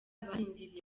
barindiriye